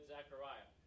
Zechariah